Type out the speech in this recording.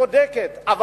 צודקת יותר,